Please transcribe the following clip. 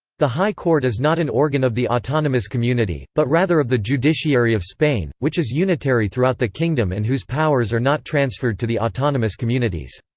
the high court is not an organ of the autonomous community, but rather of the judiciary of spain, which is unitary throughout the kingdom and whose powers are not transferred to the autonomous communities.